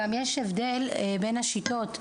גם יש הבדל בין השיטות,